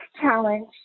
challenge